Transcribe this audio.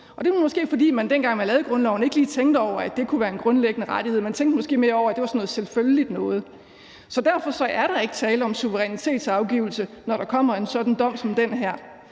og det var måske, fordi man, dengang man lavede grundloven, ikke lige tænkte over, at det kunne være en grundlæggende rettighed. Man tænkte måske mere over, at det var sådan noget selvfølgeligt noget. Derfor er der ikke tale om suverænitetsafgivelse, når der kommer en sådan dom som den her.